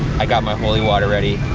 i got my holy water ready,